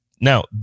Now